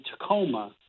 Tacoma